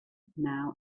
now